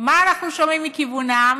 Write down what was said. מה אנחנו שומעים מכיוונם?